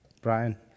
Brian